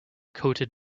coated